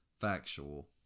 factual